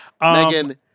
Megan